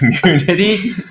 community